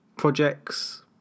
projects